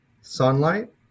sunlight